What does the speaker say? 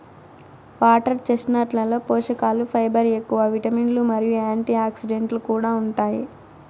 water చెస్ట్నట్లలో పోషకలు fibre ఎక్కువ, విటమిన్లు మరియు యాంటీఆక్సిడెంట్లు కూడా ఉంటాయి